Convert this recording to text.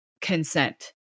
consent